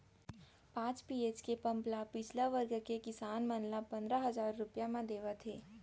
पांच एच.पी के पंप ल पिछड़ा वर्ग के किसान मन ल पंदरा हजार रूपिया म देवत हे